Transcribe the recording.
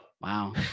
Wow